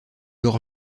hors